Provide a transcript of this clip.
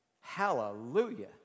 Hallelujah